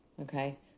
Okay